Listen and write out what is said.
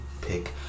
pick